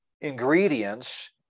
ingredients